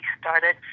started